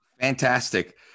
Fantastic